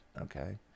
okay